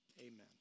Amen